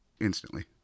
instantly